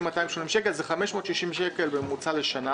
מדובר ב-560 שקל בממוצע לשנה.